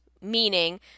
meaning